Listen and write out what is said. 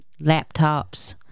laptops